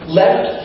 left